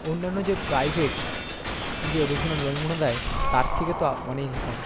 অন্যান্য যে প্রাইভেট যে এডুকেশনাল লোনগুলো দেয় তার থেকে তো অনেকই কম